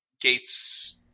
Gates